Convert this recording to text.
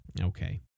okay